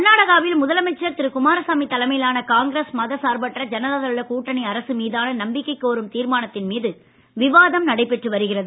கர்நாடகாவில் குமாரசாமி தலைமையிலான காங்கிரஸ் மத சார்பற்ற ஜனதாதள கூட்டணி அரசு மீதான நம்பிக்கை கோரும் தீர்மானத்தின் மீது விவாதம் நடைபெற்று வருகிறது